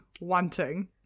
wanting